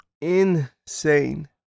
Insane